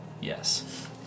yes